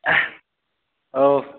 औ